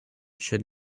should